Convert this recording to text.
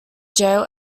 jail